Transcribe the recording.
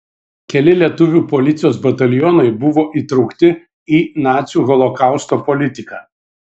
keli lietuvių policijos batalionai buvo įtraukti į nacių holokausto politiką